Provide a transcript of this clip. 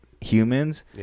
humans